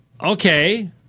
okay